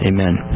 Amen